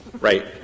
Right